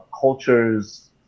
cultures